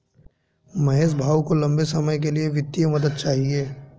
महेश भाऊ को लंबे समय के लिए वित्तीय मदद चाहिए